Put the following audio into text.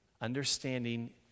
understanding